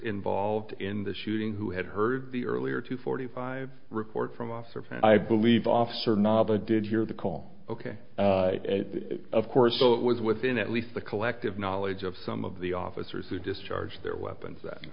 involved in the shooting who had heard the earlier two forty five report from officer i believe officer naba did hear the call ok of course so it was within at least the collective knowledge of some of the officers who discharge their weapons that